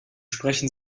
sprechen